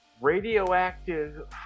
radioactive